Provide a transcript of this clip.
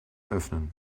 öffnen